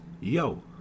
Yo